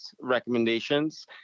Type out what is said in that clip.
recommendations